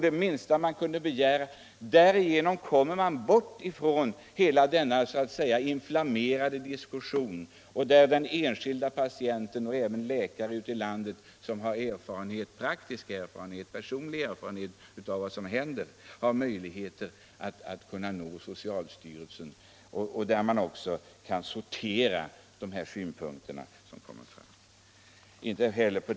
Därigenom skulle vi komma bort från hela denna inflammerade diskussion. Både patienten och läkaren som har personlig, praktisk erfarenhet av vad som händer, skulle på så sätt få möjligheter att nå socialstyrelsen, som också då kunde sortera alla de synpunkter som kommer in.